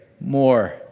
more